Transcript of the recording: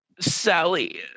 Sally